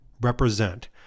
represent